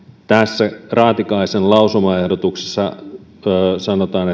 tässä raatikaisen lausumaehdotuksessa sanotaan